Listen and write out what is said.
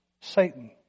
Satan